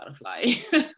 butterfly